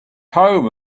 home